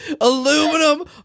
aluminum